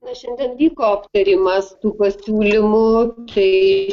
na šiandien vyko aptarimas tų pasiūlymų tai